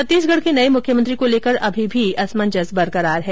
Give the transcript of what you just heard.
छत्तीसगढ़ के नये मुख्यमंत्री को लेकर अभी भी असमंजस बरकरार है